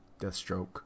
Deathstroke